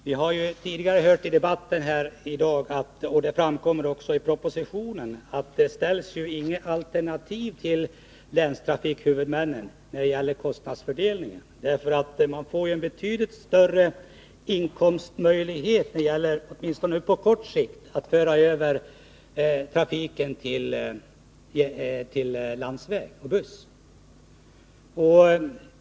Herr talman! Vi har hört tidigare i debatten, och det framkom också i propositionen, att det inte finns något alternativ för länstrafikhuvudmännen när det gäller kostnadsfördelningen. De får betydligt större inkomster — åtminstone på kort sikt — om de för över trafiken till landsväg, dvs. buss.